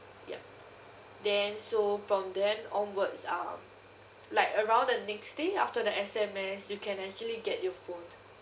yup then so from then onwards um like around the next day after the S_M_S you can actually get your phone